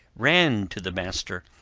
ran to the master,